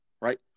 right